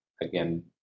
again